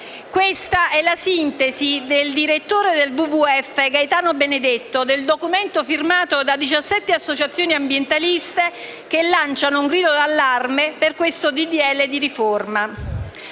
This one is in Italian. Questa è la sintesi del direttore del WWF, Gaetano Benedetto, contenuta nel documento firmato da 17 associazioni ambientaliste che lanciano un grido di allarme per il disegno di legge di riforma